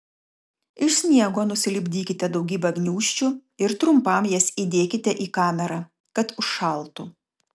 iš sniego nusilipdykite daugybę gniūžčių ir trumpam jas įdėkite į kamerą kad užšaltų